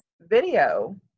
video